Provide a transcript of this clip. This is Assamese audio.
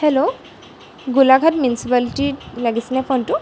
হেল্ল' গোলাঘাট মিউনিসিপালিটিত লাগিছেনে ফোনটো